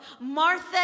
Martha